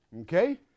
Okay